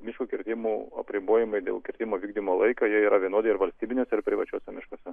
miško kirtimų apribojimai dėl kirtimų vykdymo laiko jie yra vienodi ir valstybiniuose ir privačiuose miškuose